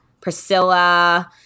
Priscilla